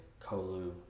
Kolu